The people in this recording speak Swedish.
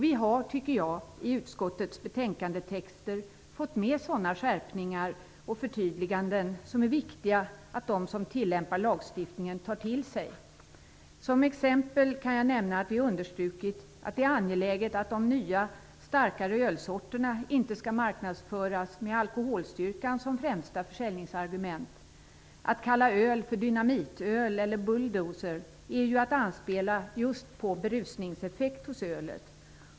Vi har, tycker jag, i utskottets betänkandetexter fått med sådana skärpningar och förtydliganden som det är viktigt att de som tillämpar lagstiftningen tar till sig. Som exempel kan jag nämna att vi understrukit att det är angeläget att de nya starkare ölsorterna inte skall marknadsföras med alkoholstyrkan som främsta försäljningsargument. Att kalla öl för Dynamitöl eller Bulldozer är att anspela just på berusningseffekten hos ölet.